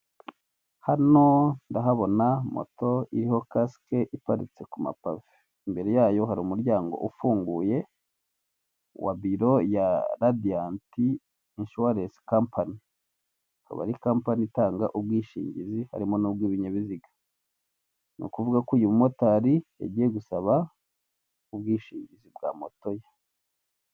Hano ndahabona moto iriho kasike iparitse ku mapave, imbere yayo hari umuryango ufunguye wa biro ya radiyati inshuwaresi kapani, ikaba ari kapani itanga ubwishingizi harimo n'ubw'ibinyabiziga, ni ukuvuga ko uyu mumotari yagiye gusaba ubwishingizi bwa moto ye.